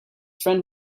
friend